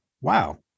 Wow